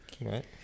Right